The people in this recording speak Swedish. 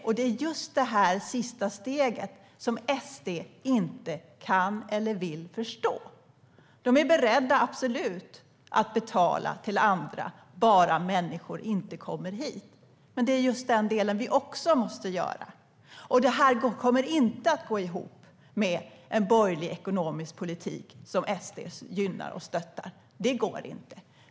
Och det är just det sista steget som SD inte kan eller vill förstå. Ni är beredda - absolut - att betala till andra, bara människor inte kommer hit. Men det är just den delen som vi också måste stå för, Markus Wiechel. Det här kommer inte att gå ihop med en borgerlig ekonomisk politik som SD gynnar och stöder. Det går inte.